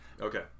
Okay